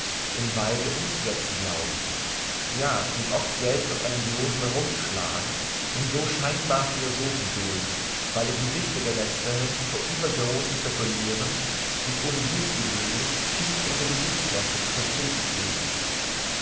in weise umzusetzen glauben ja ihn oft selbst auf einen bloßen rumpf schlagen und so scheinbar philosophen bilden weil die gesichter der lezteren vor übergroßem spekuliren sich ohnedies gewöhnlich tief unter die huthkrempe zu verkriechen pflegen